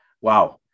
Wow